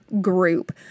group